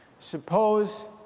suppose